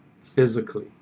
physically